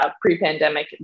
pre-pandemic